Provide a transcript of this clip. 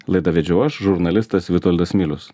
laidą vedžiau aš žurnalistas vitoldas milius